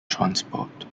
transport